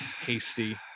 hasty